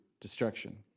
destruction